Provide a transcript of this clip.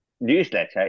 newsletter